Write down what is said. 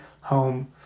home